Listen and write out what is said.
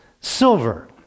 silver